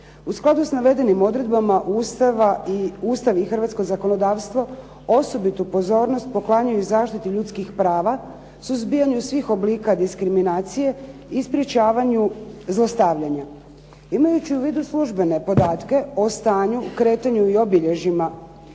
U skladu sa navedenim odredbama Ustava i Ustav i hrvatsko zakonodavstvo osobitu pozornost poklanjaju zaštiti ljudskih prava, suzbijanju svih oblika diskriminacije i sprječavanju zlostavljanja. Imajući u vidu službene podatke o stanju, kretanju i obilježjima